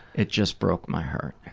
it just broke my heart.